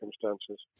circumstances